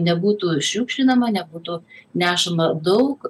nebūtų šiukšlinama nebūtų nešama daug